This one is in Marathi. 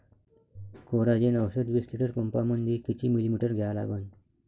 कोराजेन औषध विस लिटर पंपामंदी किती मिलीमिटर घ्या लागन?